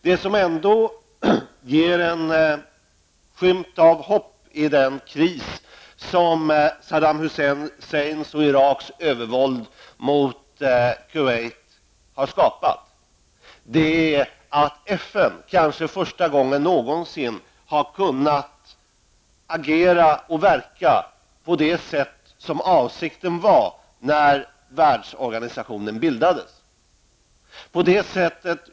Det som ändå ger en skymt av hopp i den kris som Saddam Hussein och Iraks övervåld mot Kuwait har skapat är att FN kanske för första gången någonsin har kunnat agera och verka på det sätt som var avsikten när Världsorganisationen bildades.